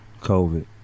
COVID